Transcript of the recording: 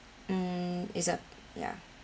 mm it's a ya